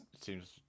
seems